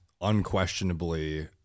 unquestionably